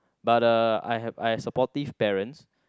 but uh I hav~ I have supportive parents